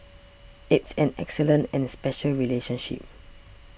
it's an excellent and special relationship